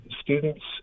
students